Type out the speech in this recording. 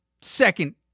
second